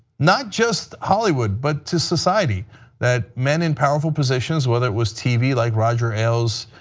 not just hollywood, but to society that men in powerful positions whether it was tv like roger ailes,